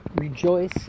Rejoice